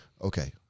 Okay